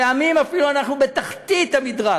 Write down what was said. פעמים אפילו אנחנו בתחתית המדרג.